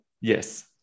Yes